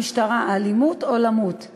המשטרה"; "אלימות או למות";